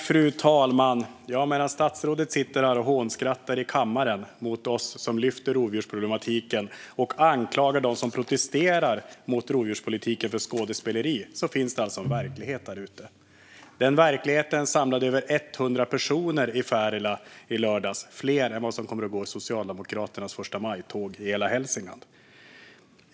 Fru talman! Medan statsrådet sitter här i kammaren och hånskrattar åt oss som lyfter rovdjursproblematiken och anklagar dem som protesterar mot rovdjurspolitiken för skådespeleri finns det en verklighet där ute. Den verkligheten samlade över 100 personer i Färila i lördags - fler än de som kommer att gå i Socialdemokraternas förstamajtåg i hela Hälsingland.